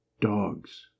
Dogs